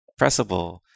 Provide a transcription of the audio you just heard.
Pressable